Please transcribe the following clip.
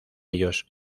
ellos